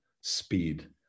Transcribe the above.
speed